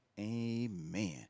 Amen